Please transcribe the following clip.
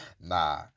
nah